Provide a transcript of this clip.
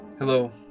Hello